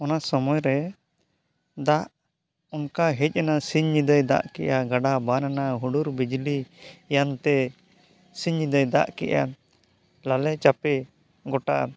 ᱚᱱᱟ ᱥᱚᱢᱚᱭ ᱨᱮ ᱫᱟᱜ ᱚᱱᱠᱟ ᱦᱮᱡ ᱮᱱᱟ ᱥᱤᱧ ᱧᱤᱫᱟᱹᱭ ᱫᱟᱜ ᱠᱮᱜᱼᱟ ᱜᱟᱰᱟ ᱵᱟᱱ ᱮᱱᱟ ᱦᱩᱰᱩᱨ ᱵᱤᱡᱽᱞᱤᱭᱟᱱ ᱛᱮ ᱥᱤᱧ ᱧᱤᱫᱟᱹᱭ ᱫᱟᱜ ᱠᱮᱜᱼᱟ ᱞᱟᱞᱮ ᱪᱟᱯᱮ ᱜᱳᱴᱟ